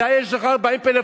אתה, יש לך 40 פלאפונים.